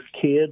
kids